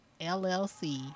LLC